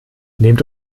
nehmt